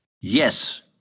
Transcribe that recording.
Yes